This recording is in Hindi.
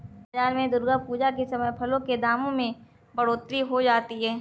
बाजार में दुर्गा पूजा के समय फलों के दामों में बढ़ोतरी हो जाती है